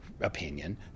opinion